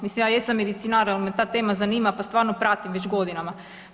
Mislim ja jesam medicinar, ali me ta tema zanima pa stvarno pratim već godinama.